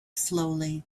slowly